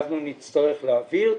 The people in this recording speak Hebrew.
אנחנו נצטרך להעביר.